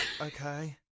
okay